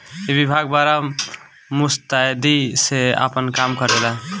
ई विभाग बड़ा मुस्तैदी से आपन काम करेला